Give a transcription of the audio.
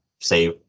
save